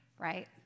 right